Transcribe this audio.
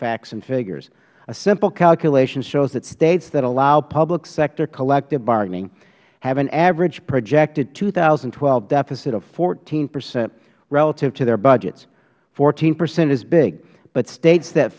facts and figures a simple calculation shoes that states that allow public sector collective bargaining have an average projected two thousand and twelve deficit of fourteen percent relative to their budget fourteen percent is big but states that